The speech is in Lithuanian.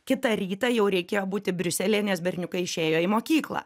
kitą rytą jau reikėjo būti briuselyje nes berniukai išėjo į mokyklą